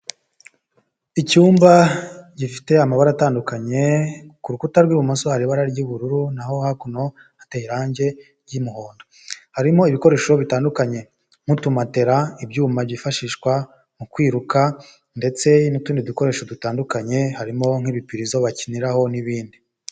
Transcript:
Icyumba gifite amabara atandukanye ku rukuta rw'ibumoso hari ibara ry'ubururu naho hakuno hateye irangi ry'umuhondo harimo ibikoresho bitandukanye nk'utumate ibyuma byifashishwa mu kwiruka ndetse n'utundi dukoresho dutandukanye harimo nk'ibipirizo bakiniraho n'ibindi.